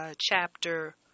chapter